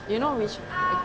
you know which